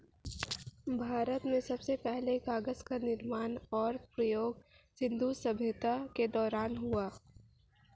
भारत में सबसे पहले कागज़ का निर्माण और प्रयोग सिन्धु सभ्यता के दौरान हुआ